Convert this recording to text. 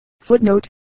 Footnote